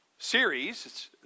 Series